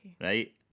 right